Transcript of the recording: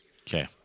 Okay